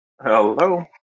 Hello